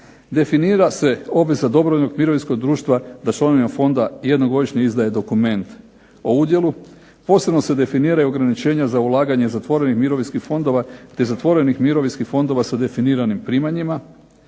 definira se obveza dobrovoljnog mirovinskog društva da članovima fonda jednom godišnje izdaje dokument o udjelu, posebno se definiraju ograničenja za ulaganje zatvorenih mirovinskih fondova te zatvorenih mirovinskih fondova sa definiranim primanjima,